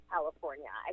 California